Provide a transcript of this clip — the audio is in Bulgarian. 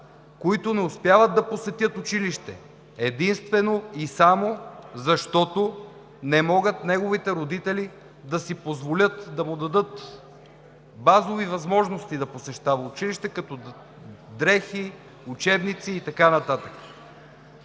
които не успяват да посетят училище, единствено и само защото неговите родители не могат да си позволят да му дадат базови възможности да посещава училище, като дрехи, учебници и така